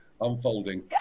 unfolding